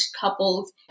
couples